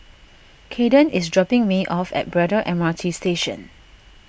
Kayden is dropping me off at Braddell M R T Station